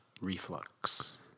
reflux